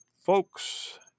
Folks